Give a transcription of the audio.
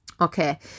Okay